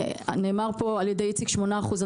נאמר על ידי איציק שזה כ-8%,